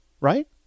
right